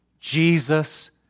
Jesus